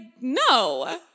no